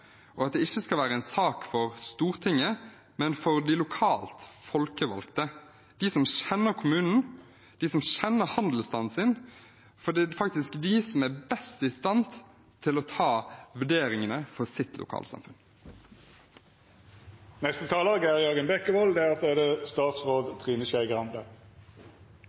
og at det ikke skal være en sak for Stortinget, men for de lokalt folkevalgte – de som kjenner kommunen, de som kjenner handelsstanden sin – for det er faktisk de som er best i stand til å ta vurderingene for sitt lokalsamfunn.